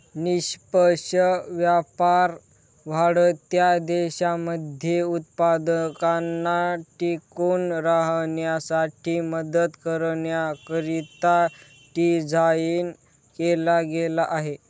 निष्पक्ष व्यापार वाढत्या देशांमध्ये उत्पादकांना टिकून राहण्यासाठी मदत करण्याकरिता डिझाईन केला गेला आहे